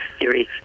series